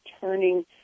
turning